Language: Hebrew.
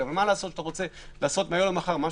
אבל מה לעשות, אתה רוצה לעשות מהיום למחר משהו.